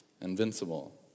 invincible